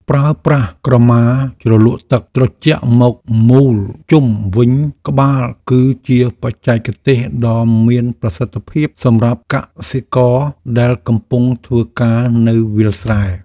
ប្រើប្រាស់ក្រមាជ្រលក់ទឹកត្រជាក់មកមូរជុំវិញក្បាលគឺជាបច្ចេកទេសដ៏មានប្រសិទ្ធភាពសម្រាប់កសិករដែលកំពុងធ្វើការនៅវាលស្រែ។